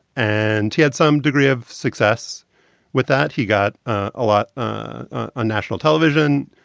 and he had some degree of success with that. he got a lot ah on national television,